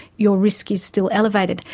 your risk is still elevated.